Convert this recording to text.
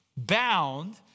Bound